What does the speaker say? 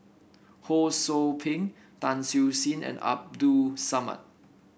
Ho Sou Ping Tan Siew Sin and Abdul Samad